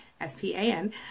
S-P-A-N